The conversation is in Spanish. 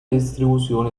distribución